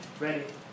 ready